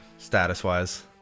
Status-wise